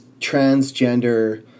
transgender